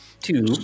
two